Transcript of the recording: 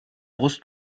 brust